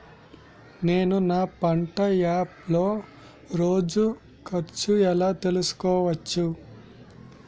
నేను నా పంట యాప్ లో రోజు ఖర్చు ఎలా తెల్సుకోవచ్చు?